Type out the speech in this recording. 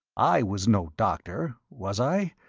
i was no doctor, was i?